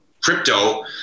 crypto